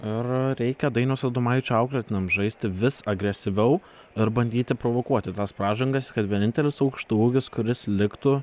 ir reikia dainiaus adomaičio auklėtiniams žaisti vis agresyviau ir bandyti provokuoti tas pražangas kad vienintelis aukštaūgis kuris liktų